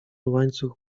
łańcuch